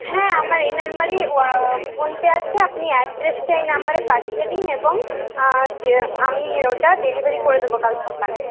হ্যাঁ আমার এই নম্বরেই ফোন পে আছে আপনি অ্যাড্রেসটা এই নম্বরে পাঠিয়ে দিন এবং আমি ওটা ডেলিভারি করে দেব কাল সকালে